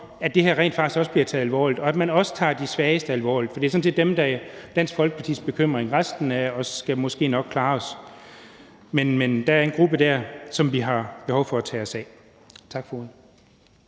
at det her rent faktisk også bliver taget alvorligt, og at man også tager de svageste alvorligt, for det er sådan set dem, der er Dansk Folkepartis bekymring – resten skal nok klare sig. Men der er en gruppe dér, som har behov for, at vi tager os af dem. Tak for ordet.